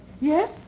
Yes